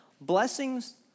blessings